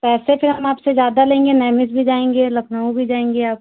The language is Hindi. पैसे फिर हम आपसे ज्यादा लेंगे नैमिष भी जाएंगे लखनऊ भी जाएंगे आप